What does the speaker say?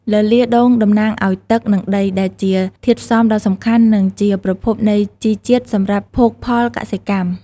លលាដ៍ដូងតំណាងឱ្យទឹក និងដី ដែលជាធាតុផ្សំដ៏សំខាន់ និងជាប្រភពនៃជីជាតិសម្រាប់ភោគផលកសិកម្ម។